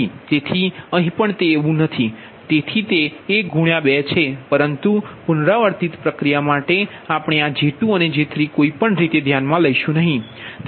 તેથી અહીં પણ તે એવું નથી તેથી તે 1 2 છે પરંતુ પુનરાવર્તિત પ્રક્રિયા માટે આપણે આ J2 અને J3 કોઈ પણ રીતે ધ્યાનમાં લેઇશુ નહીં